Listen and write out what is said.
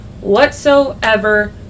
whatsoever